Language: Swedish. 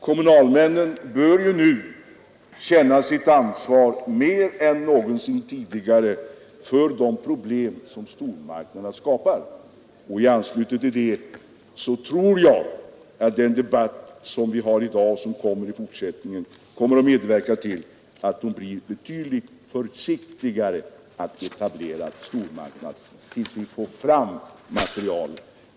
Kommunalmännen bör känna sitt ansvar, nu mer än någonsin tidigare, för de problem som stormarknaderna skapar. I anslutning till det tror jag att den debatt som vi för i dag och i fortsättningen kommer att medverka till att man blir betydligt försiktigare när det gäller etablering av stormarknader tills vi får fram mera material.